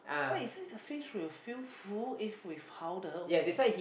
eh since the fish will feel full if with powder only